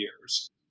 years